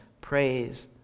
praise